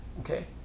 Okay